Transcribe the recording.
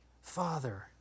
Father